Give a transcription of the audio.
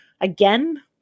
again